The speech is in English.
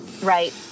Right